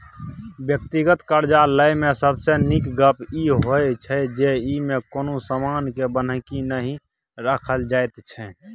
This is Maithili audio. व्यक्तिगत करजा लय मे सबसे नीक गप ई होइ छै जे ई मे कुनु समान के बन्हकी नहि राखल जाइत छै